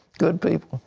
good people.